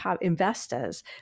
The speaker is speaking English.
investors